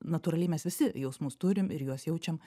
natūraliai mes visi jausmus turim ir juos jaučiam